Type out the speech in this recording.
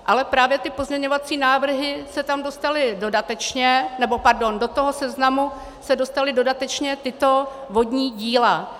Ale právě ty pozměňovací návrhy se tam dostaly dodatečně nebo pardon, do toho seznamu se dostala dodatečně tato vodní díla.